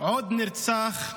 עוד נרצח.